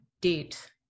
date